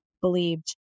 believed